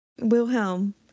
Wilhelm